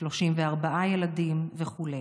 34 ילדים וכו'.